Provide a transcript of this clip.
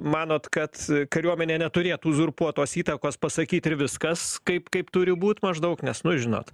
manot kad kariuomenė neturėtų uzurpuot tos įtakos pasakyt ir viskas kaip kaip turi būt maždaug nes nu žinot